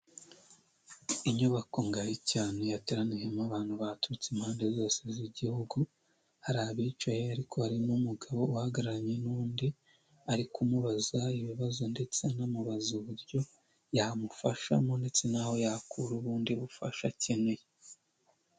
Inyubako ngari cyane yateraniyemo abantu baturutse impande zose z'igihugu, hari abicaye ariko hari n'umugabo uhagararanye n'undi arikumubaza ibibazo ndetse anamubaza uburyo yamufashamo ndetse naho yakura ubundi bufasha akeneye.